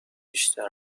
بیشتر